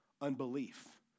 unbelief